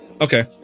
Okay